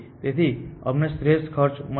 તેથી અમને શ્રેષ્ઠ ખર્ચ મળ્યો